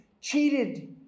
cheated